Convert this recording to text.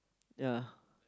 ya